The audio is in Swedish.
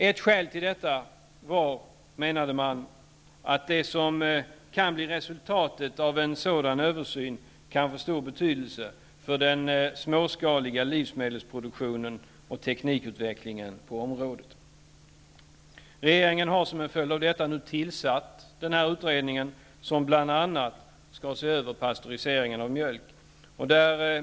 Ett skäl till detta var, menade man, att det som kan bli resultatet av en sådan översyn kan få stor betydelse för den småskaliga livsmedelsproduktionen och teknikutvecklingen på området. Regeringen har som en följd av detta nu tillsatt den här utredningen, som bl.a. skall se över pastöriseringen av mjölk.